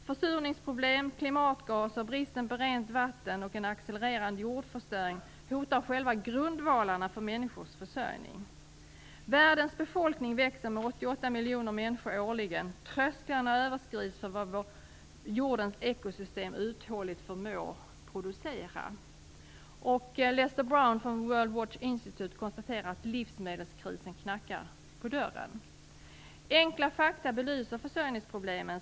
Försurningsproblem, klimatgaser, brist på rent vatten och en accelererande jordförstöring hotar själva grundvalarna för människors försörjning. Världens befolkning växer med 88 miljoner människor årligen. Trösklarna överskrids för vad jordens ekosystem uthålligt förmår producera. Lester R. Brown från World Watch Institute konstaterar att livsmedelskrisen knackar på dörren. Enkla fakta belyser försörjningsproblemen.